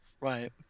Right